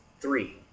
Three